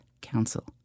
Council